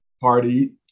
party